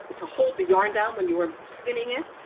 but to hold the yarn down when you were spinning it.